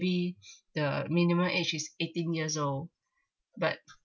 be the minimum age is eighteen years old but